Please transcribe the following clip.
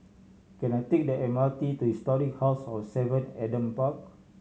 can I take the M R T to Historic House of Seven Adam Park